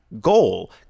Goal